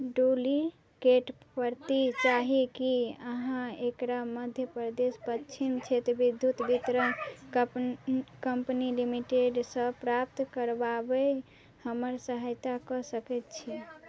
duplicate प्रति चाही कि अहाँ एकरा मध्य प्रदेश पच्छिम क्षेत्र विद्युत वितरण कप कम्पनी लिमिटेडसँ प्राप्त करबाबै हमर सहायता कऽ सकै छी